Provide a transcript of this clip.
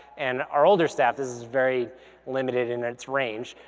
and our older staff, this is very limited in its range,